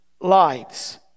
lives